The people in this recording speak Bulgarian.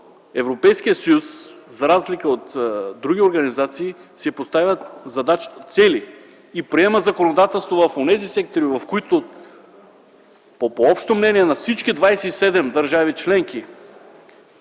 Европейският съюз, за разлика от други организации, си поставя цели и приема законодателство в онези сектори, в които по общото мнение на всички 27 държави членки,